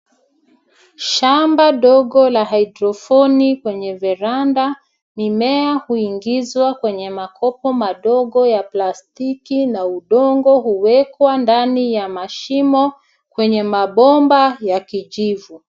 Shamba dogo la hydroponic kwenye veranda. Mimea huingizwa kwenye makoko madogo ya plastiki na udongo huwekwa ndani ya mashimo kwenye mabomba ya kijivu.